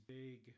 big